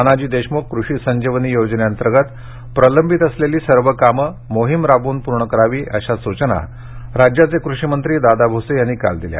नानाजी देशम्ख कृषी संजीवनी योजनेतंगत प्रलंबित असलेली सर्व कामं मोहिम राबवून पुर्ण करावी अशा सूचना राज्याचे कृषी मंत्री दादाजी भुसे यांनी काल दिल्या